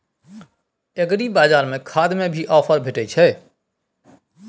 एग्रीबाजार में खाद में भी ऑफर भेटय छैय?